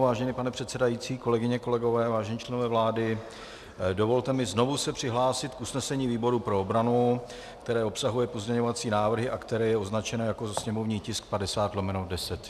Vážený pane předsedající, kolegyně, kolegové, vážení členové vlády, dovolte mi znovu se přihlásit k usnesení výboru pro obranu, které obsahuje pozměňovací návrhy a které je označené jako sněmovní tisk 50/10.